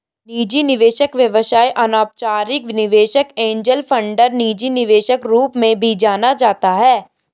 निजी निवेशक व्यवसाय अनौपचारिक निवेशक एंजेल फंडर निजी निवेशक रूप में भी जाना जाता है